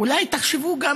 אולי תחשבו גם